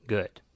good